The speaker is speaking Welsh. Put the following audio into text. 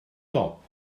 dop